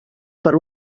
per